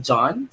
John